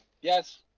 Yes